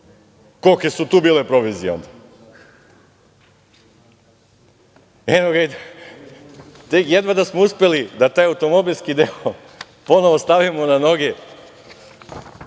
kolike su tu bile provizije onda! Jedva da smo uspeli da taj automobilski deo ponovo stavimo na noge.